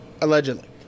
Allegedly